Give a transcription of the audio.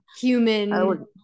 human